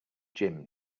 gym